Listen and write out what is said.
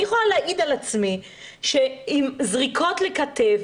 אני יכולה להעיד על עצמי שזריקות לכתף